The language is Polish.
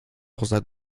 poza